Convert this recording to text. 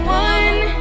one